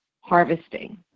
harvesting